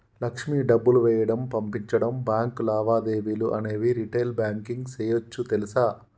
లక్ష్మి డబ్బులు వేయడం, పంపించడం, బాంకు లావాదేవీలు అనేవి రిటైల్ బాంకింగ్ సేయోచ్చు తెలుసా